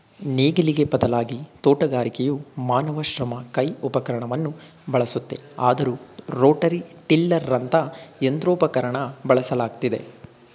ನೇಗಿಲಿಗೆ ಬದಲಾಗಿ ತೋಟಗಾರಿಕೆಯು ಮಾನವ ಶ್ರಮ ಕೈ ಉಪಕರಣವನ್ನು ಬಳಸುತ್ತೆ ಆದರೂ ರೋಟರಿ ಟಿಲ್ಲರಂತ ಯಂತ್ರೋಪಕರಣನ ಬಳಸಲಾಗ್ತಿದೆ